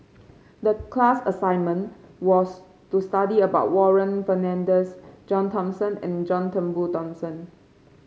the class assignment was to study about Warren Fernandez John Thomson and John Turnbull Thomson